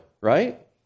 right